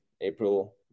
April